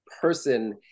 person